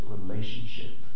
relationship